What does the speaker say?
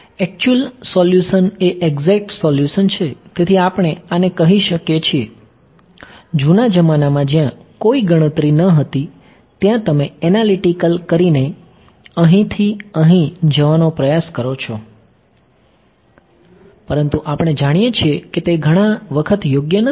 actual solution એ exact solution છે તેથી આપણે આને કહી શકીએ છીએ જૂના જમાનામાં જ્યાં કોઈ ગણતરી ન હતી ત્યાં તમે એનાલિટિકલ કરીને અહીંથી અહીં જવાનો પ્રયાસ કરો છો પરંતુ આપણે જાણીએ છીએ કે તે ઘણી વખત યોગ્ય નથી